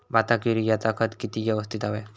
भाताक युरियाचा खत किती यवस्तित हव्या?